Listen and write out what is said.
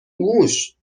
موش